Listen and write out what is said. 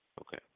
Okay